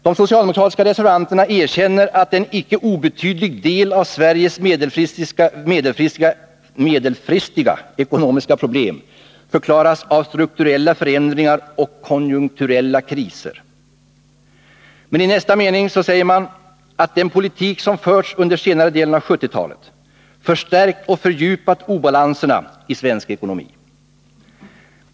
De socialdemokratiska reservanterna erkänner att ”en icke obetydlig del av Sveriges medelfristiga ekonomiska problem” förklaras av ”strukturella förändringar och konjunkturella kriser”. Men i nästa mening säger man att ”den politik som förts under senare delen av 1970-talet förstärkt och fördjupat obalanserna i svensk ekonomi”.